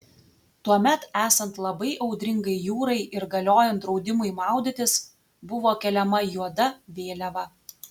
tuomet esant labai audringai jūrai ir galiojant draudimui maudytis buvo keliama juoda vėliava